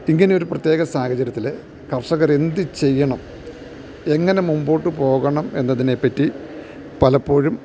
ഇങ്ങനെയൊരു പ്രത്യേക സാഹചര്യത്തില് കർഷകർ എന്തു ചെയ്യണം എങ്ങനെ മുന്പോട്ടു പോകണം എന്നതിനെപ്പറ്റി പലപ്പോഴും